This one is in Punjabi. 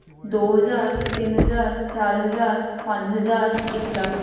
ਦੋ ਹਜ਼ਾਰ ਤਿੰਨ ਹਜ਼ਾਰ ਚਾਰ ਹਜ਼ਾਰ ਪੰਜ ਹਜ਼ਾਰ ਇੱਕ ਲੱਖ